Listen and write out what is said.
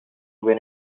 win